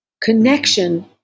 connection